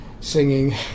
singing